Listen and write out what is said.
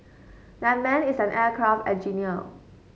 that man is an aircraft engineer